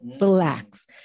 relax